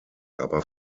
aber